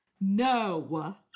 No